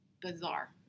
bizarre